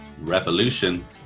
revolution